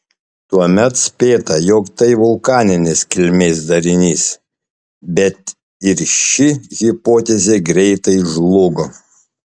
tuomet spėta jog tai vulkaninės kilmės darinys bet ir ši hipotezė greitai žlugo